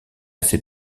ses